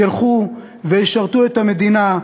ילכו וישרתו את המדינה,